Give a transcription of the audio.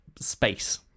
space